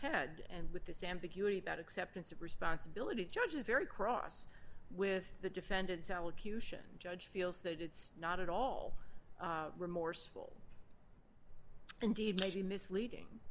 head and with this ambiguity that acceptance of responsibility judge is very cross with the defendants allocution judge feels that it's not at all remorseful indeed may be misleading